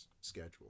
schedule